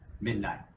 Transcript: Midnight